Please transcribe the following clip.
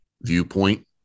viewpoint